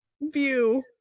View